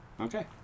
Okay